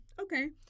Okay